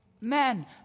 men